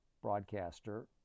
broadcaster